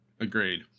Agreed